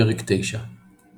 פרק 9 אפידמיולוגיה